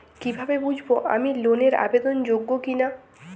কীভাবে বুঝব আমি লোন এর আবেদন যোগ্য কিনা?